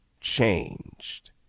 Changed